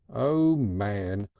o' man.